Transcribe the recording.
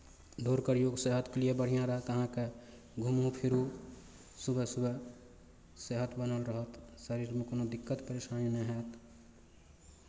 भोरके योग सेहतके लिए बढ़िआँ रहत अहाँके घुमू फिरू सुबह सुबह सेहत बनल रहत शरीरमे कोनो दिक्कत परेशानी नहि हैत